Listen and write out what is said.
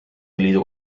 liidu